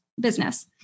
business